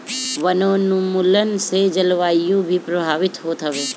वनोंन्मुलन से जलवायु भी प्रभावित होत हवे